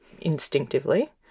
instinctively